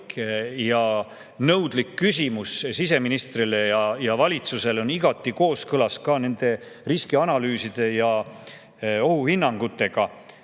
ja nõudlik küsimus siseministrile ja valitsusele on igati kooskõlas ka nende riskianalüüside ja ohuhinnangutega,